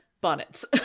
bonnets